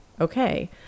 okay